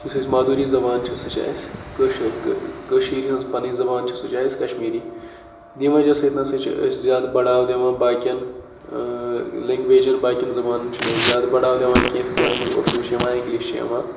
یُس اَسہِ مادوٗری زبان چھِ سُہ چھِ اَسہِ کٲشُر کٔشیٖرِ ہِنٛز پَنٕنۍ زبان چھِ سُہ چھِ اَسہِ کشمیٖری ییٚمہِ وجہ سۭتۍ نہ سا چھِ أسۍ زیادٕ بَڑاو دِوان باقٕیَن لٮ۪نٛگویجَن باقٕیَن زبانَن چھِنہٕ أسۍ زیادٕ بَڑاو دِوان کیٛازِکہِ یَتھ منٛز اُردوٗ چھِ یِوان اِنٛگلِش چھِ یِوان